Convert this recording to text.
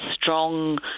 strong